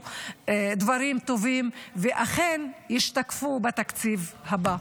דברים טובים ואכן הם ישתקפו בתקציב הבא.